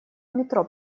метро